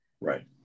Right